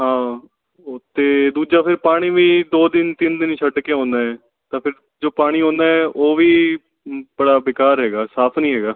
ਹਾਂ ਅਤੇ ਦੂਜਾ ਫਿਰ ਪਾਣੀ ਵੀ ਦੋ ਦਿਨ ਤਿੰਨ ਦਿਨ ਛੱਡ ਕੇ ਆਉਂਦਾ ਹੈ ਤਾਂ ਫਿਰ ਜੋ ਪਾਣੀ ਅਉਂਦਾ ਹੈ ਉਹ ਵੀ ਬੜਾ ਬੇਕਾਰ ਹੈਗਾ ਸਾਫ ਨਹੀਂ ਹੈਗਾ